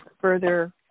further